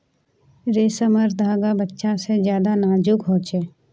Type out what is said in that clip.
रेसमर धागा बच्चा से ज्यादा नाजुक हो छे